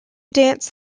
dance